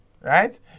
right